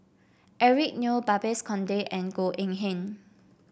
Eric Neo Babes Conde and Goh Eng Han